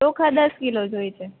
ચોખા દસ કિલો જોઇસે